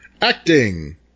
acting